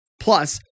Plus